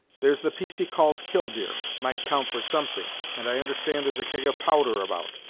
there's the piece he calls killdeer, might count for something, and i understand there's a keg of powder about,